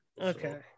Okay